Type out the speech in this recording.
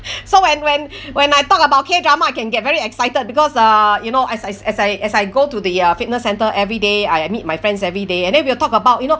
so when when when I talk about K drama I can get very excited because ah you know as I as I as I go to the uh fitness centre every day I uh meet my friends every day and then we will talk about you know